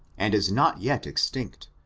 and is not yet extinct,